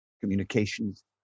communications